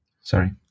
Sorry